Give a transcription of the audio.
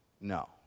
No